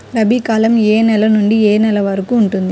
రబీ కాలం ఏ నెల నుండి ఏ నెల వరకు ఉంటుంది?